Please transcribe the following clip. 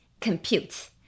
compute